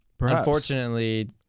Unfortunately